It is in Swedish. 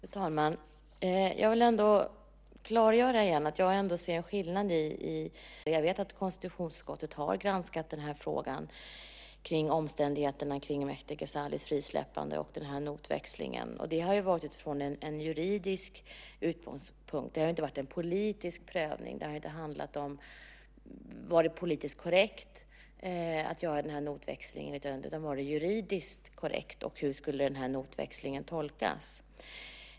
Fru talman! Jag vill återigen klargöra att jag ser en skillnad mellan det som konstitutionsutskottet har gjort och den fråga som jag ställer. Jag vet att konstitutionsutskottet har granskat omständigheterna kring Mehdi Ghezalis frisläppande och den här notväxlingen. Det har man gjort utifrån en juridisk utgångspunkt. Det har inte varit en politisk prövning. Det har inte handlat om huruvida det var politiskt korrekt att ha den här notväxlingen utan om det var juridiskt korrekt och hur den här notväxlingen skulle tolkas.